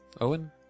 Owen